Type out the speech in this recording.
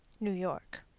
new york.